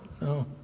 no